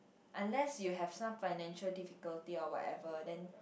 unless you have some financial difficulty or whatever then